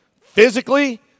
physically